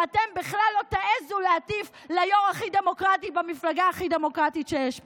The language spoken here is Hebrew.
ואתם בכלל לא תעזו להטיף ליו"ר הכי דמוקרטי במפלגה הכי דמוקרטית שיש פה.